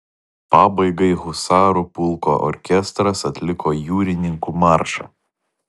pabaigai husarų pulko orkestras atliko jūrininkų maršą